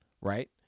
right